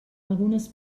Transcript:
algunes